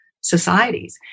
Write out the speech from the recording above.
societies